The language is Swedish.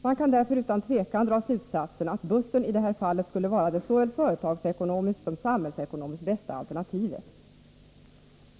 Man kan därför utan tvekan dra slutsatsen att bussen i det här fallet skulle vara det såväl företagsekonomiskt som samhällsekonomiskt bästa alternativet.